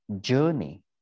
journey